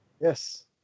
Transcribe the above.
Yes